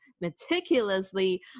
meticulously